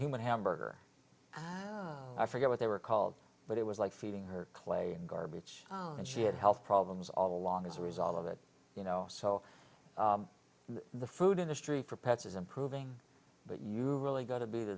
human hamburger i forget what they were called but it was like feeding her clay garbage and she had health problems all along as a result of it you know so the food industry for pets is improving but you really got to be the